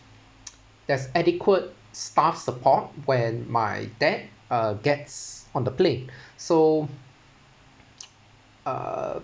there's adequate staff support when my dad uh gets on the plane so uh